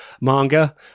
manga